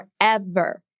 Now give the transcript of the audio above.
forever